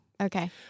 Okay